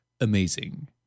amazing